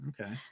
Okay